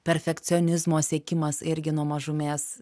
perfekcionizmo siekimas irgi nuo mažumės